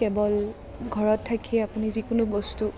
কেৱল ঘৰত থাকিয়ে আপুনি যিকোনো বস্তু